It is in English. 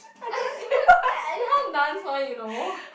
I I cannot dance one you know